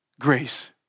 Grace